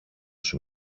σου